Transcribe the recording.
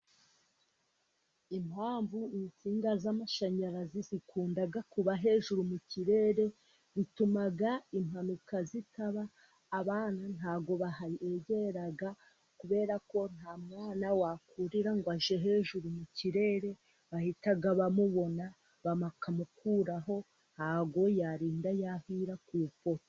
Impamvu insinga z'amashanyarazi zikunda kuba hejuru mu kirere, bituma impanuka zitaba. Abana ntabwo bahegera, kubera ko nta mwana wakurira ngo ajye hejuru mu kirere. Bahita bamubona bakamukuraho ntabwo yarinda yahira ku ipoto.